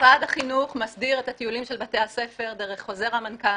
משרד החינוך מסדיר את הטיולים של בתי הספר דרך חוזר מנכ"ל,